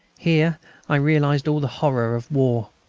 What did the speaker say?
here i realised all the horror of war.